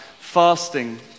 fasting